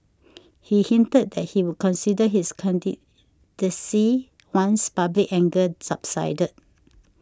he hinted that he would consider his candidacy once public anger subsided